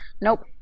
Nope